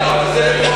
זה לא